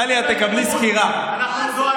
טלי, את תקבלי סקירה טובה.